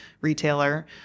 retailer